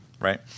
right